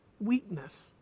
weakness